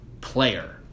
player